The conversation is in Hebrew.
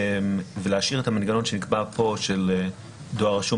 ולהשאיר את המנגנון שנקבע פה של דואר רשום